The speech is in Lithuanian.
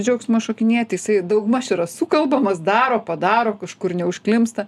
džiaugsmo šokinėti jisai daugmaž yra sukalbamas daro padaro kažkur neužklimpsta